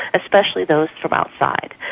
especially those from outside.